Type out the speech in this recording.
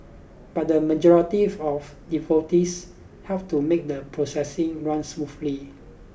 but the majority of devotees helped to make the procession run smoothly